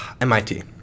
MIT